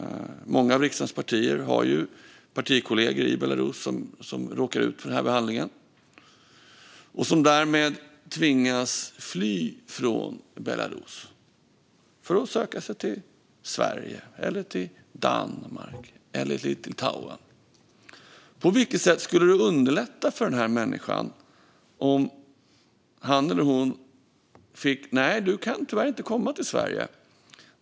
Många av riksdagens partier har partikollegor i Belarus som råkar ut för denna behandling. Därmed tvingas denna människa att fly från Belarus för att söka sig till Sverige, Danmark eller Litauen. På vilket sätt skulle det underlätta för denna människa om han eller hon får veta att man tyvärr inte kan komma till Sverige?